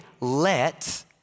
let